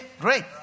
great